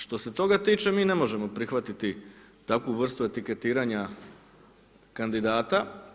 Što se toga tiče, mi ne možemo prihvatiti takvu vrstu etiketiranja kandidata.